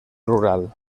rural